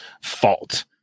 fault